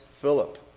Philip